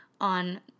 on